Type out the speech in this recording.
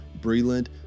breland